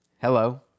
Hello